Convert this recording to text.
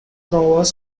throwers